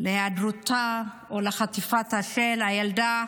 להיעדרותה או לחטיפתה של הילדה